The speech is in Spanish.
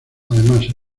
además